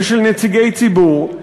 ושל נציגי ציבור,